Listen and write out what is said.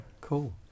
cool